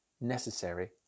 necessary